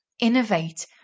innovate